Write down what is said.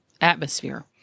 atmosphere